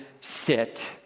sit